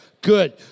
Good